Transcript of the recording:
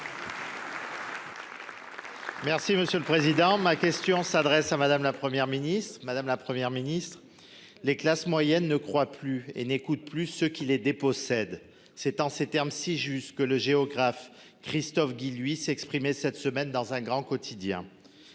Merci monsieur le président, ma question s'adresse à Madame, la Première ministre madame, la Première ministre. Les classes moyennes ne croit plus et n'écoute plus, ce qui les dépossède. C'est en ces termes, Si jusque le géographe Christophe Guilluy s'exprimer cette semaine dans un grand quotidien.